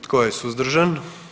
Tko je suzdržan?